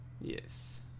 Yes